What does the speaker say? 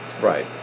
Right